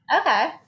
okay